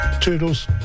Toodles